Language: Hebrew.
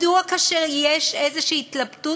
מדוע כאשר יש איזושהי התלבטות,